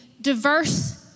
diverse